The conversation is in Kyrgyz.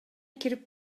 кирип